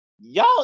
y'all